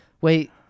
Wait